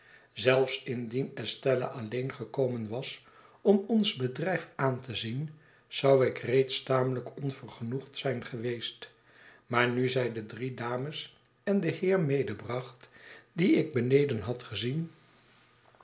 zelfs indien estella alleen gekomen was om ons bedrijf aan te zien zou ik reeds tamelijk onvergenoegd zijn geweest maar nu zij dedrie dames en den heer medebracht die ik beneden had gezien